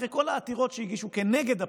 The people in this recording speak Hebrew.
אחרי כל העתירות שהגישו כנגד הפינוי,